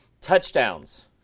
Touchdowns